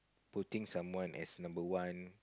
putting someone as number one